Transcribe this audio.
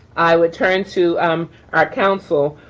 i will turn to our counsel